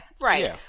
Right